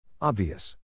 Obvious